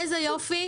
איזה יופי,